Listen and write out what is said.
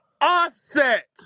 Offset